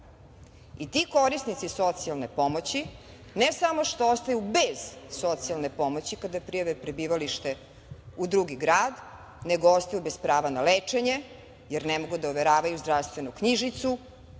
korisnici socijalne pomoći ne samo što ostaju bez socijalne pomoći kada prijave prebivalište u drugi grad, nego ostaju bez prava na lečenje, jer ne mogu da overavaju zdravstvenu knjižicu,